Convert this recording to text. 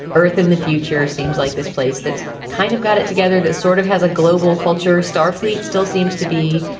earth in the future seems like this place that's kind of got it together that sort of has a global culture star fleet still seems to be,